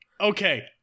Okay